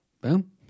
Boom